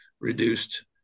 reduced